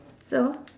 so